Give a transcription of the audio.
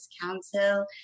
Council